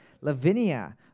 Lavinia